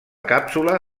càpsula